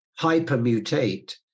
hypermutate